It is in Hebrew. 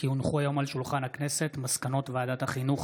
כי הונחו היום על שולחן הכנסת מסקנות ועדת החינוך,